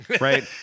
right